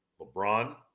LeBron